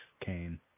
Cain